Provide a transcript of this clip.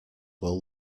will